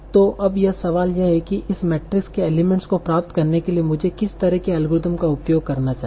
तो अब सवाल यह है कि इस मैट्रिक्स के एलिमेंट्स को प्राप्त करने के लिए मुझे किस तरह के एल्गोरिदम का उपयोग करना चाहिए